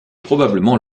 probablement